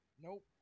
Nope